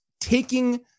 taking